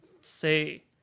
say